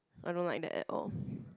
I don't like that at all